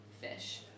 fish